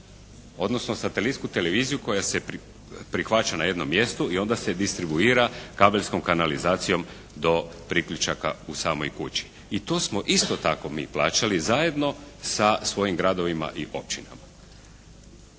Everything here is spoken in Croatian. odnosno satelitsku televiziju koja se prihvaća na jednom mjestu i onda se distribuira kabelskom kanalizacijom do priključaka u samoj kući i to smo isto tako mi plaćali zajedno sa svojim gradovima i općinama.